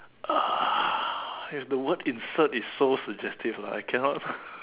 uh is the word insert is so suggestive lah I cannot